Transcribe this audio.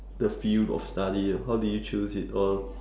the field of study and how did you choose it or